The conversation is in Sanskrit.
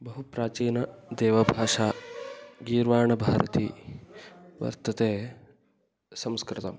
बहु प्राचीना देवभाषा गीर्वाणभारती वर्तते संस्कृतम्